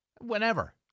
Whenever